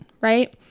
right